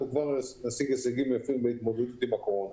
נשיג הישגים יפים בהתמודדות עם הקורונה.